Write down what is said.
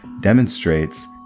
demonstrates